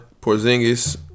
Porzingis